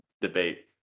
debate